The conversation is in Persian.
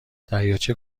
دریاچه